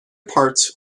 parts